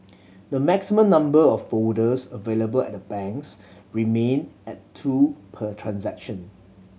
the maximum number of folders available at the banks remain at two per transaction